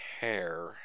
hair